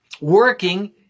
working